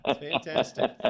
Fantastic